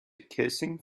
kissing